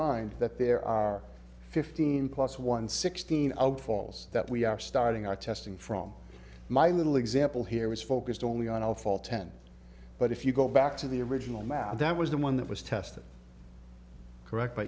mind that there are fifteen plus one sixteen out falls that we are starting our testing from my little example here was focused only on all fall ten but if you go back to the original mao that was the one that was tested correct